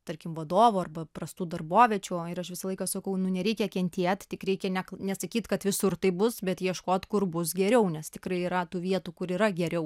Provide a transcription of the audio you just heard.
tarkim vadovų arba prastų darboviečių ir aš visą laiką sakau nu nereikia kentėti tik reikia ne nesakyt kad visur taip bus bet ieškot kur bus geriau nes tikrai yra tų vietų kur yra geriau